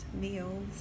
meals